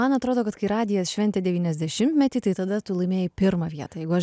man atrodo kad kai radijas šventė devyniasdešimtmetį tai tada tu laimėjai pirmą vietą jeigu aš